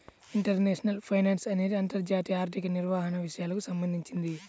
international finance అనేది అంతర్జాతీయ ఆర్థిక నిర్వహణ విషయాలకు సంబంధించింది